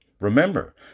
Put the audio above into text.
Remember